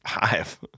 Five